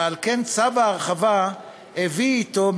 ועל כן צו ההרחבה הביא אתו,